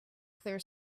clear